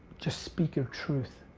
just speak your truth.